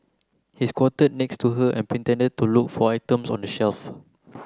he squatted next to her and pretended to look for items on the shelf